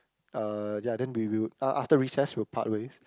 uh ya then we we would af~ after recess we will part ways